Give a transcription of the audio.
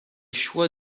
choix